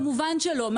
כמובן שלא.